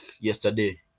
yesterday